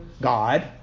God